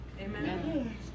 Amen